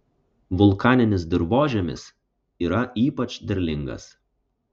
vulkaninis dirvožemis yra ypač derlingas